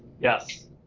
Yes